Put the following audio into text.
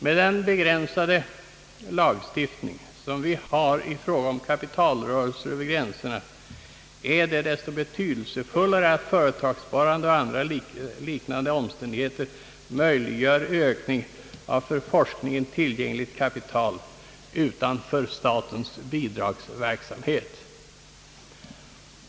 Med den begränsande lagstiftning som vi har i fråga om kapitalrörelser över gränserna är det desto betydelsefullare att företagssparande och andra liknande omständigheter möjliggör ökning av för forskningen tillgängligt kapital utanför statens bidragsverksamhet.